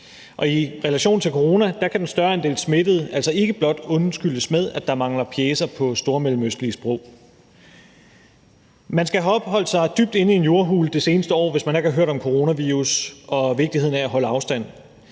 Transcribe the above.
i relation til corona kan den større andel smittede altså ikke blot undskyldes med, at der mangler pjecer på stormellemøstlige sprog. Man skal have opholdt sig dybt inde i en jordhule det seneste år, hvis man ikke har hørt om coronavirus og vigtigheden af at holde afstand,